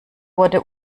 wurde